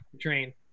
train